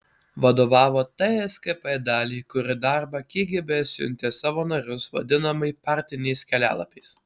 vadovavo tskp daliai kuri darbą kgb siuntė savo narius vadinamai partiniais kelialapiais